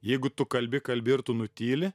jeigu tu kalbi kalbi ir tu nutyli